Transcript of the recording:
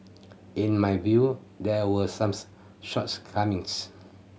in my view there were some shortcomings